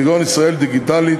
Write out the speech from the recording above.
כגון "ישראל דיגיטלית",